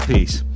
Peace